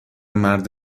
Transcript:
مرد